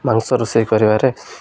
ମାଂସ ରୋଷେଇ କରିବାରେ